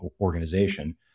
organization